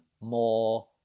more